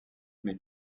mais